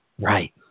Right